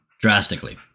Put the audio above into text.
drastically